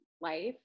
life